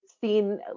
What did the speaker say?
seen